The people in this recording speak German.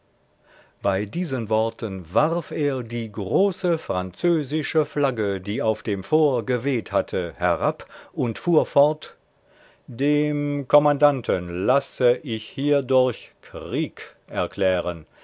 bei diesen worten warf er die große französische flagge die auf dem fort geweht hatte herab und fuhr fort dem kommandanten lasse ich hierdurch krieg erklären